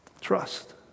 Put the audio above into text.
trust